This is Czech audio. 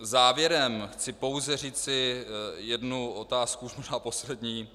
Závěrem chci pouze říci jednu otázku, už možná poslední.